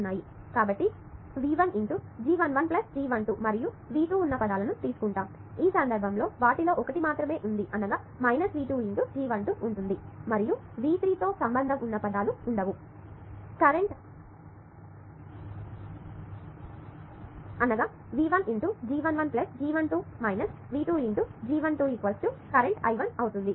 కాబట్టి V 1 × G 1 1 G 12 మరియు V2 ఉన్న పదాలను తీసుకుంటాము ఈ సందర్భంలో వాటిలో ఒకటి మాత్రమే ఉంది అనగా V 2 × G 1 2 ఉంటుంది మరియు V3 తో సంబంధం ఉన్న పదాలు లేవు ఈ current V1× G11G 1 2 V 2 × G 1 2 current I1 అవుతుంది